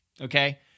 Okay